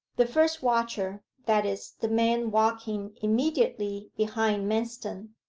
the first watcher, that is, the man walking immediately behind manston,